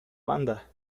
banda